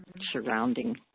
surrounding